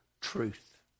truth